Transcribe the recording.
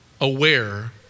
aware